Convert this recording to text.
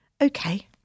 Okay